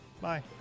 bye